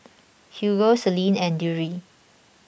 Hugo Selene and Drury